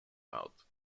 out